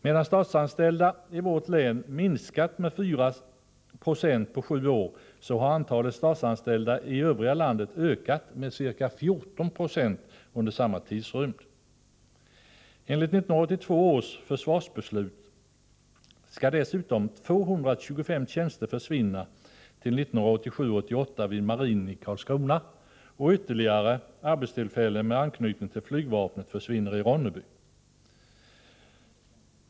Medan antalet statsanställda i vårt län minskat med 4 96 på sju år, så har antalet statsanställda i övriga landet ökat med ca 14 9o under samma tidrymd. Enligt 1982 års försvarsbeslut skall dessutom 225 tjänster försvinna vid marinen i Karlskrona till 1987-1988, och ytterligare arbetstillfällen med anknytning till flygvapnet försvinner i Ronneby.